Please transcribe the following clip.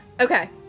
Okay